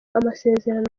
amasezerano